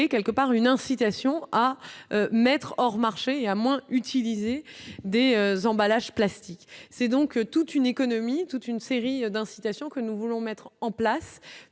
quelque part une incitation à mettre hors marché et à moins utiliser des emballages plastiques, c'est donc toute une économie toute une série d'incitations que nous voulons mettre en place